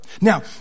Now